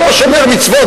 שלא שומר מצוות,